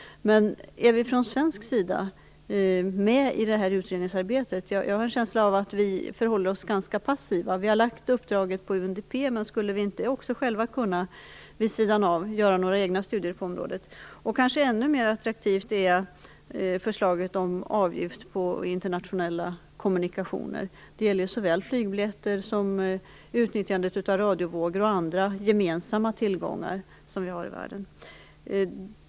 Men är vi från svensk sida med i detta utredningsarbete? Jag har en känsla av att vi förhåller oss ganska passiva. Vi har lagt uppdraget på UNDP, men skulle vi inte också själva, vid sidan av, kunna göra egna studier på området? Kanske ännu mer attraktivt är förslaget om avgift på internationella kommunikationer. Det gäller såväl flygbiljetter som utnyttjandet av radiovågor och andra gemensamma tillgångar som vi har i världen.